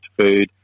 food